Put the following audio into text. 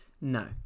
no